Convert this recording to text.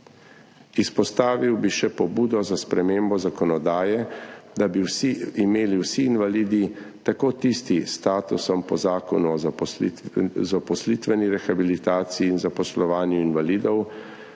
Izpostavil bi še pobudo za spremembo zakonodaje, da bi imeli vsi invalidi, tako tisti s statusom po Zakonu o zaposlitveni rehabilitaciji in zaposlovanju invalidov